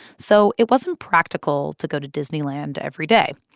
so it wasn't practical to go to disneyland every day.